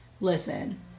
Listen